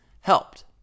helped